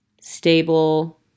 stable